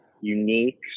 unique